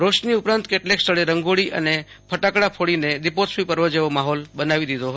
રોશની ઉપરાંત કેટલાક સ્થળે રંગોળી અને ફટાકડા ફોડીને દીપોત્સવી પર્વ જેવો માહોલ બનાવી દીધો હતો